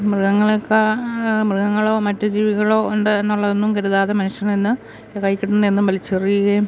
മൃഗങ്ങളൊക്കെ മൃഗങ്ങളോ മറ്റ് ജീവികളോ ഉണ്ട് എന്നുള്ളതൊന്നും കരുതാതെ മനുഷ്യരിൽ നിന്ന് കയ്യിൽ കിട്ടുന്നതെന്തും വലിച്ചെറിയുകയും